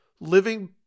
living